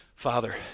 Father